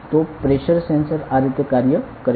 તો pressure sensor આ રીતે કાર્ય કરે છે